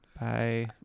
bye